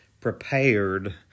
prepared